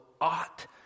ought